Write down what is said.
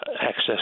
access